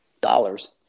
dollars